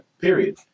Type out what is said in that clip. period